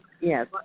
Yes